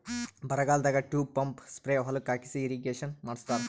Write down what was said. ಬರಗಾಲದಾಗ tube pump spray ಹೊಲಕ್ಕ್ ಹಾಕಿಸಿ ಇರ್ರೀಗೇಷನ್ ಮಾಡ್ಸತ್ತರ